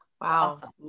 Wow